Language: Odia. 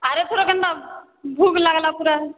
ଆର ଥର କେନ୍ତା ଭୁକ ଲାଗଲା ପୁରା